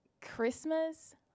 Christmas